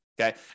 Okay